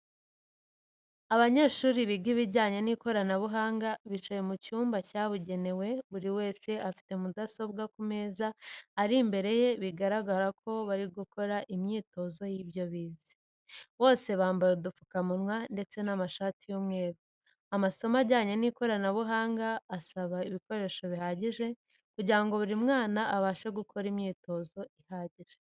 Abanyeshuri biga ibijyanye n'ikoranabuhanga bicaye mu cyumba cyabugenewe buri wese afite mudasobwa ku meza ari imbere ye bigaragara ko barimo gukora imyitozo y'ibyo bize, bose bambaye udupfukamunwa ndetse n'amashati y'umweru. Amasomo ajyanye n'ikoranabuhanga asaba ibikoreso bihagije kugirango buri mwana abashe gukora imyitozo ihagije.